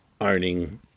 owning